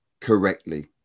correctly